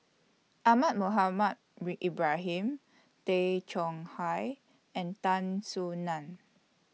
Ahmad Mohamed Ibrahim Tay Chong Hai and Tan Soo NAN